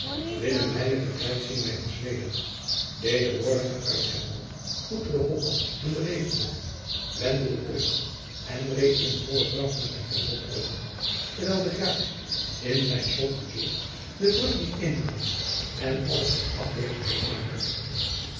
binnen weinigen tijd zien wij ons weder deze woorden geuit hebbende groette de hopman hem beleefdelijk wendde den teugel en reed in vollen draf naar zijn vendel terug terwijl de graaf jacob van lennep de pleegzoon in zijn slot gekeerd de brug liet inhalen en alles tot afweer gereed maken